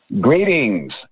Greetings